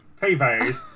TVs